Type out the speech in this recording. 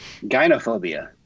Gynophobia